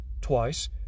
twice